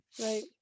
right